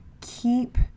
keep